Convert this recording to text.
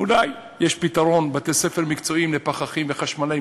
אולי יש פתרון: בתי-ספר מקצועיים לפחחים וחשמלאים,